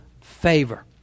favor